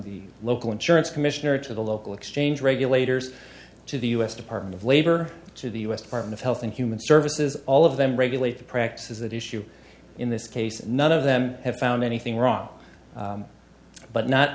the local insurance commissioner to the local exchange regulators to the u s department of labor to the u s department of health and human services all of them regulate the practices that issue in this case none of them have found anything wrong but not